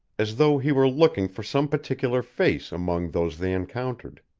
as though he were looking for some particular face among those they encountered.